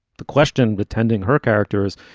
the question but tending her characters,